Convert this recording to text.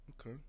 Okay